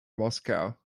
moscow